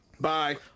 Bye